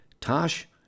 Tosh